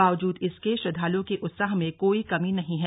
बावजूद इसके श्रद्धालुओं के उत्साह में कोई कमी नहीं है